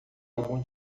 algum